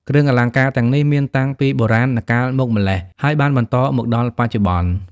គ្រឿងអលង្ការទាំងនេះមានតាំងពីបុរាណកាលមកម្ល៉េះ ហើយបានបន្តមកដល់បច្ចុប្បន្ន។